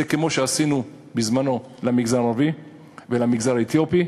זה כמו שעשינו בזמנו למגזר הערבי ולמגזר האתיופי.